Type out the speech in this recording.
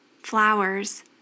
flowers